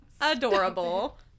adorable